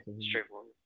straightforward